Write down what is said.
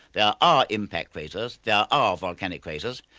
there are are impact craters, there are ah volcanic craters,